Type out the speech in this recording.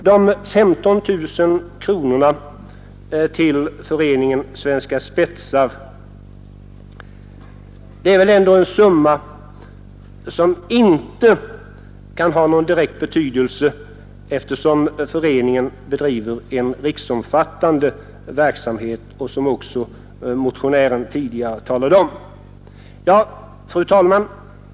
De 15 000 kronorna till Föreningen Svenska spetsar är väl en summa som inte kan ha någon direkt betydelse, eftersom föreningen bedriver en riksomfattande verksamhet, som också huvudmotionären tidigare nämnde. Fru talman!